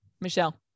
Michelle